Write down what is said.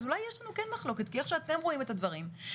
אז אולי יש לנו כן מחלוקת כי איך שאתם רואים את הדברים ואיך